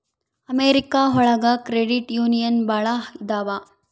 America ಒಳಗ credit union ಭಾಳ ಇದಾವ